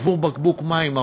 עבור בקבוק מים,